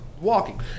walking